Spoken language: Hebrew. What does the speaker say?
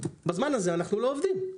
בזמן הזה אנחנו לא עובדים.